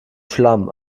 schlamm